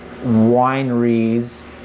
wineries